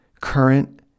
current